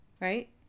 Right